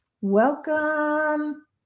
welcome